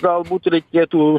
galbūt reikėtų